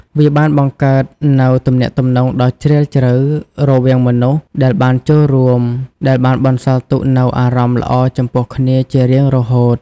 វាបានបង្កើតនូវទំនាក់ទំនងដ៏ជ្រាលជ្រៅរវាងមនុស្សដែលបានចូលរួម ដែលបានបន្សល់ទុកនូវអារម្មណ៍ល្អចំពោះគ្នាជារៀងរហូត។